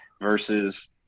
versus